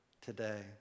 today